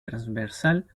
transversal